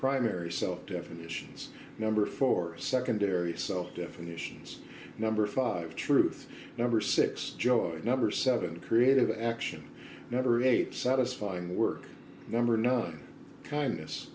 primary self definitions number four secondary so definitions number five truth number six job number seven creative action number eight satisfying work number nine kindness